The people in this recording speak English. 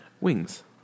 wings